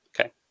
okay